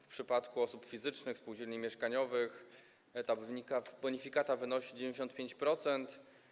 W przypadku osób fizycznych i spółdzielni mieszkaniowych ta bonifikata wynosi 95%.